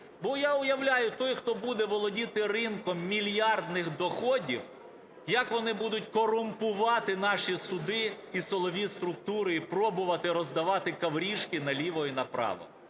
бо я уявляю, той, хто буде володіти ринком мільярдних доходів, як вони будуть корумпувати наші суди і силові структури і пробувати роздавати коврижки наліво і направо.